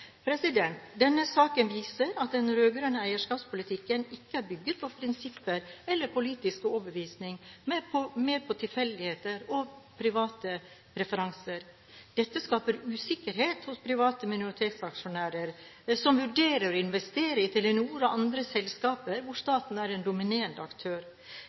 Denne saken viser at den rød-grønne eierskapspolitikken ikke er bygget på prinsipper eller politisk overbevisning, men på tilfeldigheter og private preferanser. Dette skaper usikkerhet hos private minoritetsaksjonærer som vurderer å investere i Telenor og andre selskaper hvor staten er en dominerende aktør.